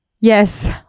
Yes